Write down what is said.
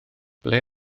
ble